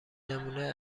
نمونه